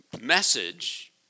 message